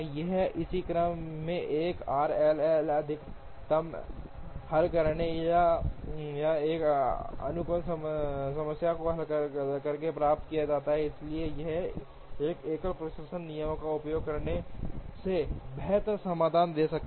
यहाँ इसी क्रम को 1 r L L अधिकतम हल करके या एक अनुकूलन समस्या को हल करके प्राप्त किया जाता है इसलिए यह एकल प्रेषण नियम का उपयोग करने से बेहतर समाधान दे सकता है